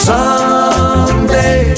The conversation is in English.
Someday